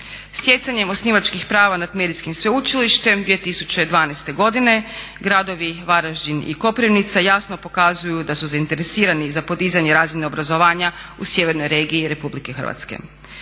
Stjecanjem osnivačkih prava nad medijskim sveučilištem 2012. godine gradovi Varaždin i Koprivnica jasno pokazuju da su zainteresirani za podizanje razine obrazovanja u sjevernoj regiji Republike Hrvatske.